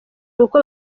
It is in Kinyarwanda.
kuko